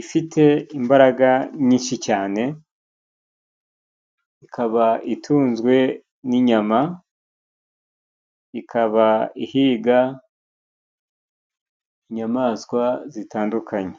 ifite imbaraga nyinshi cyane, ikaba itunzwe n' inyama, ikaba ihiga inyamaswa zitandukanye.